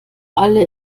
alle